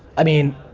i mean,